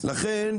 לכן,